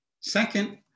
Second